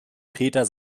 peter